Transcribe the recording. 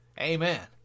Amen